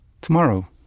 Tomorrow